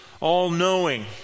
all-knowing